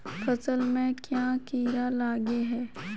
फसल में क्याँ कीड़ा लागे है?